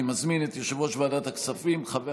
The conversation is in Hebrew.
אני מזמין את יושב-ראש ועדת הכספים חבר